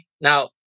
now